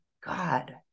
God